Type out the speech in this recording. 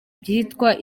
byitwa